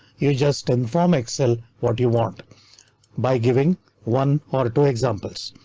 you just inform excel what you want by giving one or two examples.